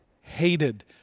hated